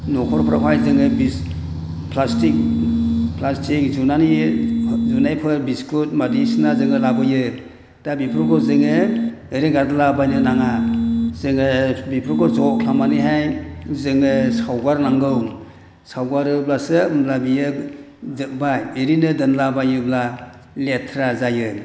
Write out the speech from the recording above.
न'खरफोरावहाय जोङो दिस प्लास्टिक जुनानै जुनायफोर बिस्कुट बायदिसिना जोङो लाबोयो दा बेफोरखौ जोङो ओरैनो गारलाबायनो नाङा जोङो बेफोरखौ ज' खालामनानैहाय जोङो सावगारनांगौ सावगारोब्लासो होनब्ला बेयो जोब्बाय ओरैनो दोनलाबायोब्ला लेथ्रा जायो